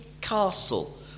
castle